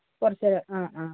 കുറച്ച് ആ ആ